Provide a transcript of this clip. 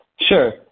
Sure